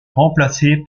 remplacer